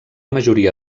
majoria